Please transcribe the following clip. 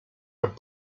have